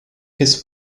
his